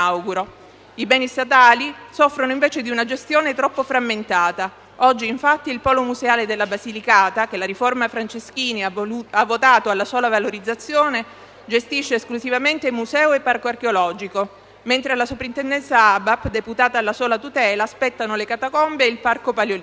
I beni statali soffrono invece di una gestione troppo frammentata: oggi, infatti, il Polo museale della Basilicata, che la riforma Franceschini ha votato alla sola valorizzazione, gestisce esclusivamente museo e parco archeologico, mentre alla soprintendenza ABAP, deputata alla sola tutela, spettano le catacombe e il Parco paleolitico.